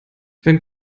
wenn